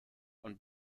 und